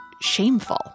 shameful